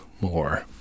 more